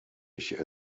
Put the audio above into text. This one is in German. ich